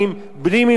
בלי מלחמות,